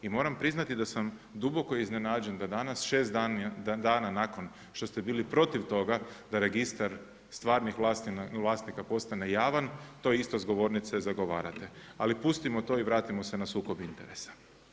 I moram priznati da sam duboko iznenađen da danas 6 dana nakon što ste bili protiv toga da Registar stvarnih vlasnika postane javan, to isto s govornice zagovarate, ali pustimo to i vratimo se na sukob interesa.